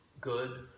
good